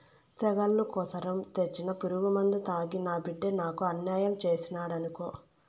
తెగుళ్ల కోసరం తెచ్చిన పురుగుమందు తాగి నా బిడ్డ నాకు అన్యాయం చేసినాడనుకో